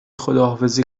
خداحافظی